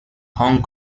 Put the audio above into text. hong